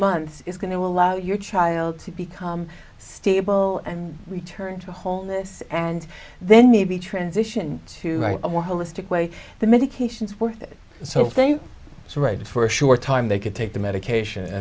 months is going to allow your child to become stable and return to wholeness and then maybe transition to a more holistic way the medications worth it so thank so red for a short time they could take the medication